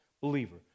believer